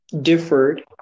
differed